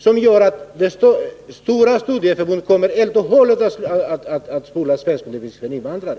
Det gör att dessa stora studieförbund helt och hållet kommer att spola svenskundervisningen för invandrare.